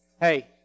Hey